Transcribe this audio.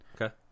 Okay